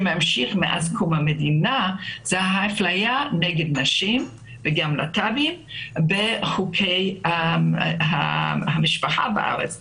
היא האפליה נגד נשים ולהט"ב בחוקי המשפחה בארץ.